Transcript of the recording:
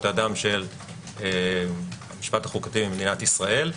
האדם של המשפט החוקתי במדינת ישראל.